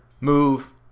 move